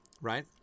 right